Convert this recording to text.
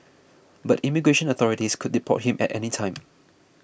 but immigration authorities could deport him at any time